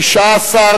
התשע"א 2010,